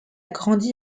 grandi